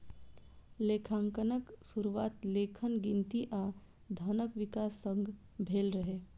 लेखांकनक शुरुआत लेखन, गिनती आ धनक विकास संग भेल रहै